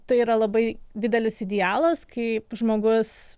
tai yra labai didelis idealas kai žmogus